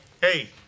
hey